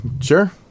sure